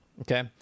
Okay